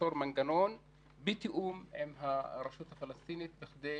ליצור מנגנון בתיאום עם הרשות הפלסטינית כדי